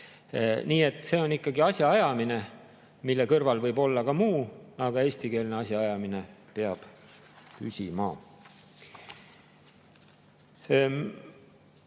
Nii et see on ikkagi asjaajamine, mille kõrval võib olla ka muu, aga eestikeelne asjaajamine peab püsima.